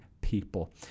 people